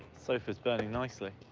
sofa's burning nicely.